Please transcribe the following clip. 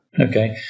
Okay